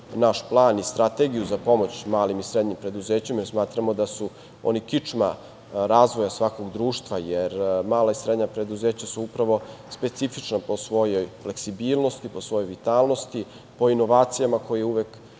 naš plan i strategiju za pomoć malim i srednji preduzećima, jer smatramo da su oni kičma razvoja svakog društva, jer mala i srednja preduzeća su upravo specifičan po svojoj fleksibilnosti, po svojoj vitalnosti, po inovacijama koje uvek